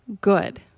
good